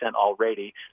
already